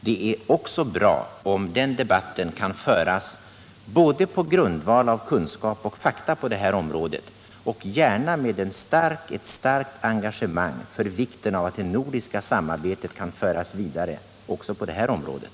Det är också bra om den debatten kan föras på grundval av fakta på det här området och gärna med ett starkt engagemang för vikten av att det nordiska samarbetet kan föras vidare också på det här området.